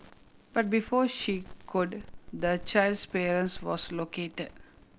but before she could the child's parents was located